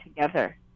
together